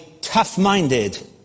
tough-minded